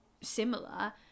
similar